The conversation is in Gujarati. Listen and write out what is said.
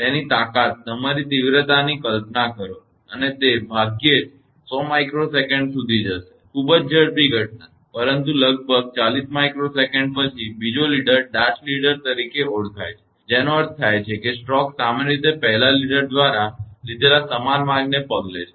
તેથી તેની તાકાતની તમારી તીવ્રતાની કલ્પના કરો અને તે ભાગ્યે જ 100 𝜇S સુધી જશે ખૂબ જ ઝડપી ઘટના પરંતુ લગભગ 40 𝜇S પછી બીજો લીડર ડાર્ટ લીડર તરીકે ઓળખાય છે જેનો અર્થ થાય છે સ્ટ્રોક સામાન્ય રીતે પહેલા લીડર દ્વારા લીધેલા સમાન માર્ગને પગલે છે